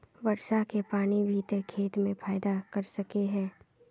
वर्षा के पानी भी ते खेत में फायदा कर सके है?